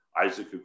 Isaac